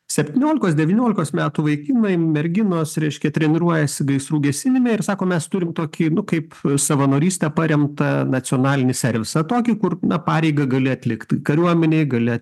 septyniolikos devyniolikos metų vaikinai merginos reiškia treniruojasi gaisrų gesinime ir sako mes turim tokį nu kaip savanoryste paremtą nacionalinį servisą tokį kur na pareigą gali atlikt kariuomenėj gali